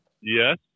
Yes